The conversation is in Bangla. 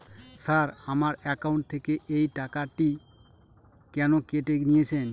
স্যার আমার একাউন্ট থেকে এই টাকাটি কেন কেটে নিয়েছেন?